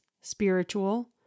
spiritual